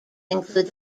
include